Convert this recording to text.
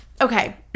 okay